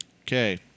Okay